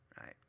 Right